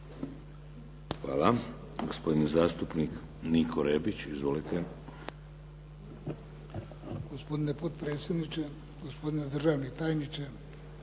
Hvala. Gospodin zastupnik Niko Rebić. Izvolite. **Rebić, Niko (HDZ)** Gospodine potpredsjedniče, gospodine državni tajniče.